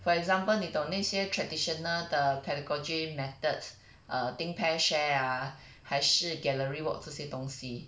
for example 你懂那些 traditional 的 pedagogy methods err think pair share ah 还是 gallery walk 这些东西